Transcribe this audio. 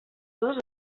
dos